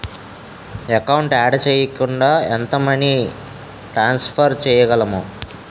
Account add చేయకుండా ఎంత money transfer చేయగలము?